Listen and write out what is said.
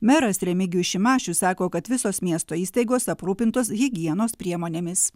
meras remigijus šimašius sako kad visos miesto įstaigos aprūpintos higienos priemonėmis